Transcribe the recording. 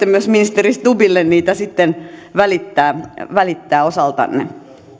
myös ministeri stubbille niitä sitten välittää välittää osaltanne